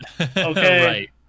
Okay